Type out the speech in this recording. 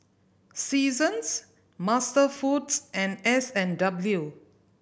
Seasons MasterFoods and S and W